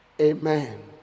Amen